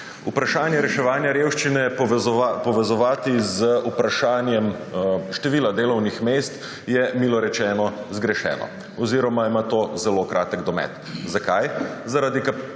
Vprašanje reševanja revščine povezovati z vprašanjem števila delovnih mest je milo rečeno zgrešeno oziroma ima to zelo kratek domet. Zakaj? Zaradi tega